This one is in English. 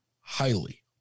highly